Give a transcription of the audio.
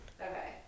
Okay